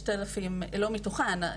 לא מתוכן,